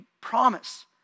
promise